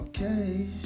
Okay